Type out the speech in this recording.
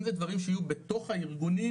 אם זה דברים שיהיו בתוך הארגונים,